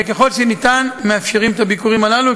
וככל האפשר מאפשרים את הביקורים הללו.